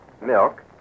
milk